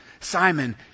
Simon